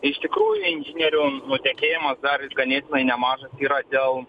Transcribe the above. iš tikrųjų inžinierių nutekėjimas dar ganėtinai nemažas yra dėl